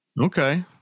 Okay